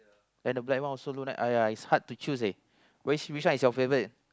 then the black one also look nice !aiya! it's hard to choose leh which which one is your favourite